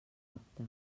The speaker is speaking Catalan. apte